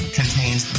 contains